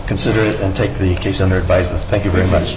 consider it and take the case on her by thank you very much